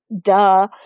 Duh